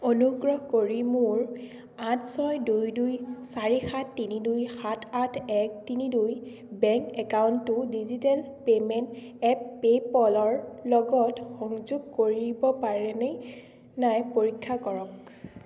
অনুগ্ৰহ কৰি মোৰ আঠ ছয় দুই দুই চাৰি সাত তিনি দুই সাত আঠ এক তিনি দুই বেংক একাউণ্টটো ডিজিটেল পে'মেণ্ট এপ পে' পলৰ লগত সংযোগ কৰিব পাৰেনে নাই পৰীক্ষা কৰক